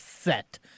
set